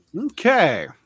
Okay